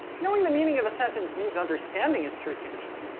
knowing the meaning of a sentence means understanding its truth conditions.